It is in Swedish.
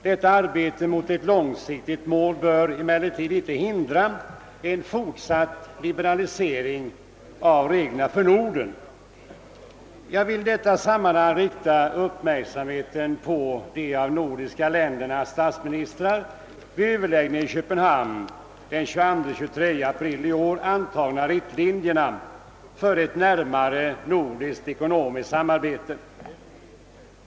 Det arbetet mot ett långsiktigt mål bör emellertid inte hindra en fortsatt liberalisering av reglerna för Norden. Jag vill i detta sammanhang rikta uppmärksamheten på de av de nordiska ländernas statsministrar vid överläggningar i Köpenhamn den 22—23 april i år antagna riktlinjerna för ett närmare nordiskt ekonomiskt samarbete.